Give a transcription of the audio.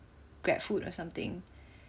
Grab food or something